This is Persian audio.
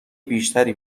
بیشتری